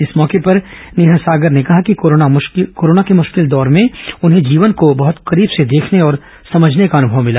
इस मौके पर नेहा सागर ने कहा कि कोरोना मुश्किल दौर में उन्हें जीवन को बहत करीब से देखने और समझने का अनुभव मिला